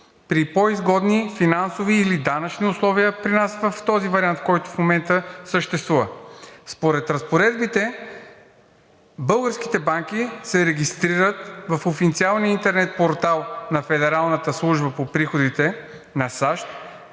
при по-изгодни финансови или данъчни условия при нас в този вариант, в който в момента съществува. Според разпоредбите българските банки се регистрират в официалния интернет портал на Федералната служба по приходите на САЩ